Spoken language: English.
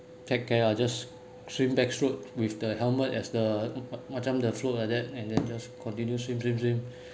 heck care lah just swim backstroke with the helmet as the sometimes the float like that and then just continue swim swim swim